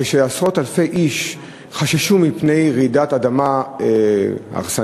כשעשרות-אלפי איש חששו מפני רעידת אדמה הרסנית,